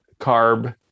carb